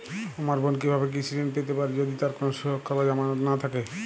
আমার বোন কীভাবে কৃষি ঋণ পেতে পারে যদি তার কোনো সুরক্ষা বা জামানত না থাকে?